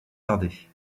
tarder